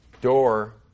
door